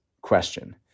question